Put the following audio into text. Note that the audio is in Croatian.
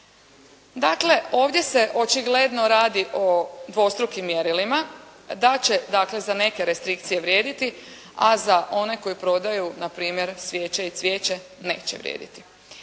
Dakle, ovdje se očigledno radi o dvostrukim mjerilima, da će dakle za neke restrikcije vrijediti, a za one koji prodaju npr. svijeće i cvijeće neće vrijediti.